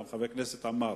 גם חבר הכנסת עמאר,